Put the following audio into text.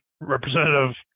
representative